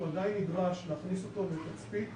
הוא עדיין נדרש להכניס אותו לתצפית,